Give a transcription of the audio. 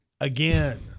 Again